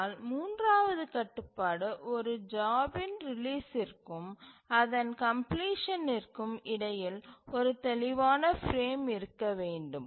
ஆனால் மூன்றாவது கட்டுப்பாடு ஒரு ஜாப்பின் ரிலீஸ்சிற்கும் அதன் கம்ப்லிசனிற்கும் இடையில் ஒரு தெளிவான பிரேம் இருக்க வேண்டும்